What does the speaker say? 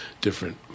Different